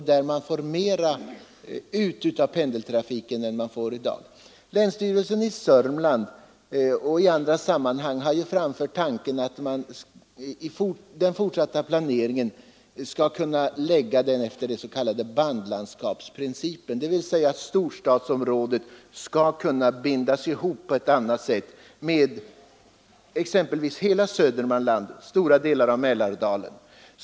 På det sättet skulle man kunna få ut mera av pendeltrafiken än vad vi får i dag. Från länsstyrelsen i Södermanlands län — och även från andra håll — har tanken framförts att man i den fortsatta planeringen skall kunna bygga på den s.k. bandlandskapsprincipen, dvs. storstadsområdet skall på ett annat sätt bindas ihop med exempelvis Södermanland och stora delar av Mälardalen.